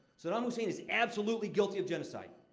saddam hussein is absolutely guilty of genocide.